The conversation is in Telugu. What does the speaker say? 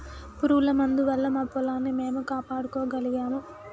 పురుగుల మందు వల్ల మా పొలాన్ని మేము కాపాడుకోగలిగాము